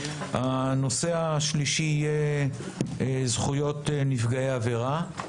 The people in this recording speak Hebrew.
הנושא השלישי יהיה זכויות נפגעי עבירה.